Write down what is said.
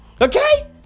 Okay